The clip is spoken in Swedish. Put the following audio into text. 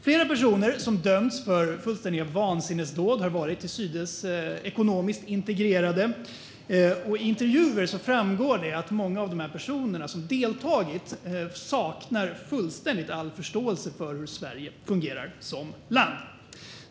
Flera personer som har dömts för fullständiga vansinnesdåd har varit till synes ekonomiskt integrerade, och av intervjuer framgår det att många av de personer som har deltagit fullständigt saknar all förståelse för hur Sverige fungerar som land.